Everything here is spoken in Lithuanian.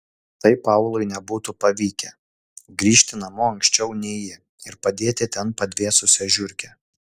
tai paului nebūtų pavykę grįžti namo anksčiau nei ji ir padėti ten padvėsusią žiurkę